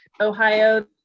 Ohio